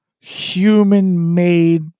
human-made